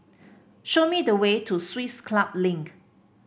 show me the way to Swiss Club Link